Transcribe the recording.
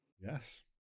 Yes